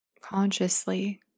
consciously